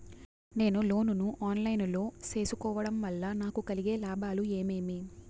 నేను లోను ను online లో సేసుకోవడం వల్ల నాకు కలిగే లాభాలు ఏమేమీ?